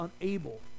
unable